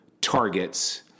targets